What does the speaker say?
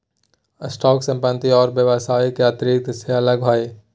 stock संपत्ति और व्यवसाय के अस्तित्व से अलग हइ